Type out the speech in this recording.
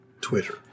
twitter